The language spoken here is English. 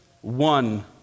one